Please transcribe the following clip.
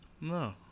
No